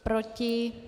Proti?